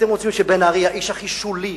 אתם רוצים שבן-ארי, האיש הכי שולי